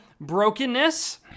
brokenness